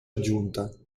aggiunta